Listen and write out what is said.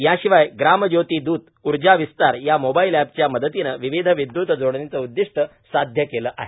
याशिवाय ग्राम ज्योती दूत ऊर्जा विस्तार या मोबाईल एपच्या मदतीनं विविध विदय्त जोडणीच उद्दिष्ट सादय केलं आहे